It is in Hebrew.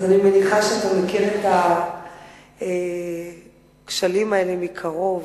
אז אני מניחה שאתה מכיר את הכשלים האלה מקרוב,